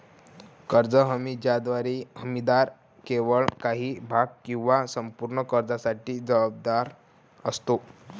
कर्ज हमी ज्याद्वारे हमीदार केवळ काही भाग किंवा संपूर्ण कर्जासाठी जबाबदार असतो